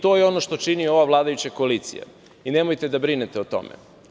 To je ono što čini ova vladajuća koalicija i nemojte da brinete o tome.